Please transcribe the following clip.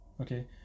Okay